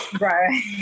Right